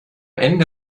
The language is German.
ende